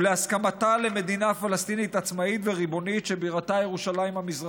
ולהסכמתה למדינה פלסטינית עצמאית וריבונית שבירתה ירושלים המזרחית,